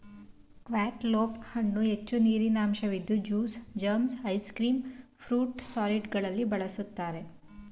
cantaloupe ಹಣ್ಣು ಹೆಚ್ಚು ನೀರಿನಂಶವಿದ್ದು juice, jam, ice cream, fruit ಸಲಾಡ್ಗಳಲ್ಲಿ ಬಳ್ಸತ್ತರೆ